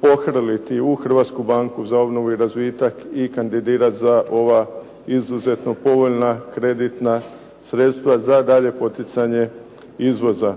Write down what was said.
pohrliti u Hrvatsku banku za obnovu i razvitak i kandidirati za ova izuzetno povoljna kreditna sredstva za dalje poticanje izvoza.